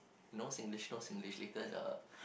no Singlish no Singlish later the